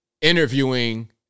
interviewing